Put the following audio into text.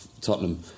Tottenham